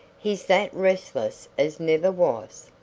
he's that restless as never was.